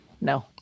No